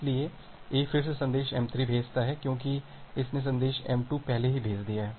इसलिए A फिर से संदेश m3 भेजता है क्योंकि इसने संदेश m2 पहले ही भेज दिया है